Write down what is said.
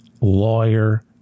lawyer